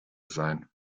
sein